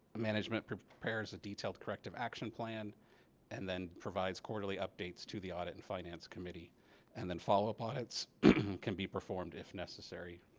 management prepares a detailed corrective action plan and then provides quarterly updates to the audit and finance committee and then follow up audits can be performed if necessary.